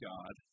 God